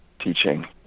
teaching